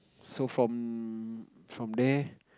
so from from there